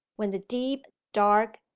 when the deep, dark,